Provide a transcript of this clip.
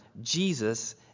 Jesus